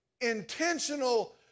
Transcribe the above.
intentional